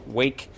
week